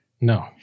No